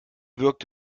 wirkt